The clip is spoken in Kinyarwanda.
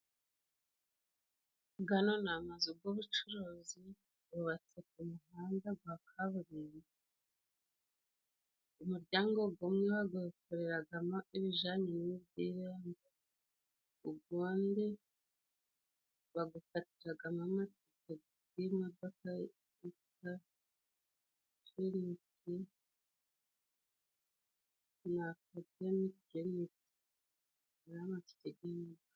Gano ni amazu g'ubucuruzi gubatse ku muhanda gwa kaburimbo. Umuryango gumwe bagukoreragamo ibijanye na emutiyeni. Ugundi bagukatiragamo amatike g'imodoka yitwa tiriniti, habaga emutiyeni gusa n'amatike g'imodoka.